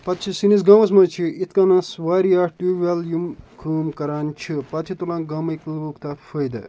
پَتہٕ چھِ سٲنِس گامَس منٛز چھِ یِتھ کَنَس واریاہ ٹیوٗب وٮ۪ل یِم کٲم کران چھِ پَتہٕ چھِ تُلان گامٕکۍ لُک تَتھ فٲیدٕ